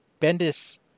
Bendis